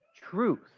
truth